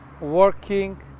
working